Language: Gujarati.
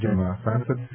જેમાં સાંસદ સી